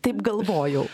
taip galvojau